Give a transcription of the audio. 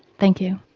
thank you.